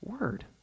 word